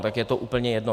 Tak je to úplně jedno.